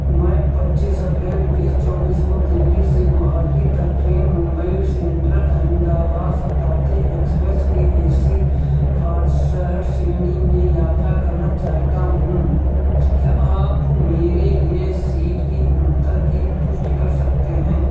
मैं पच्चीस अप्रैल बीस चौबीस को दिल्ली से गोहाटी तक train Mumbai central Ahmedabad Shatabdi express की ए सी फरसट श्रेणी में यात्रा करना चाहता हूँ क्या आप मेरे लिए सीट की उपलबधा की पुष्टि कर सकते हैं